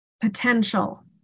potential